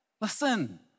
Listen